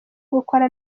gukora